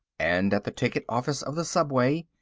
and at the ticket-office of the subway.